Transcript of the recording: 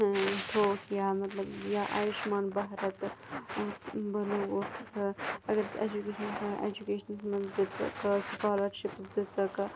تھوٚوُکھ یا مطلب یا آیوٗشمان بھارت بَنووُکھ اگر اٮ۪جوکیشنَس منٛز اٮ۪جوکیشنَس منٛز دِژٕکھ حظ سٕکالرشِپٕس دِژٕکھ